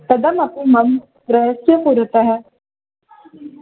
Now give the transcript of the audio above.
तदमपि मम गृहस्यः पुरतः